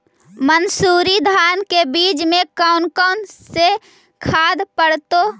मंसूरी धान के बीज में कौन कौन से खाद पड़तै?